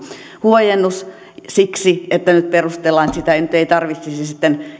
huojennus siksi että nyt perustellaan että sitä nyt ei tarvitsisi sitten